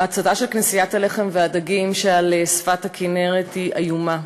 ההצתה של כנסיית הלחם והדגים שעל שפת הכינרת היא איומה,